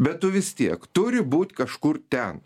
bet tu vis tiek turi būt kažkur ten